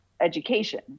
education